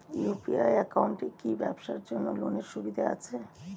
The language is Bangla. ইউ.পি.আই একাউন্টে কি ব্যবসার জন্য লোনের সুবিধা আছে?